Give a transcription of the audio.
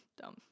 Dumb